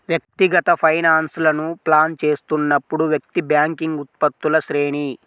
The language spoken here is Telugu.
వ్యక్తిగత ఫైనాన్స్లను ప్లాన్ చేస్తున్నప్పుడు, వ్యక్తి బ్యాంకింగ్ ఉత్పత్తుల శ్రేణి